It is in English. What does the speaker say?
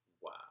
wow